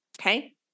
okay